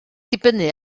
dibynnu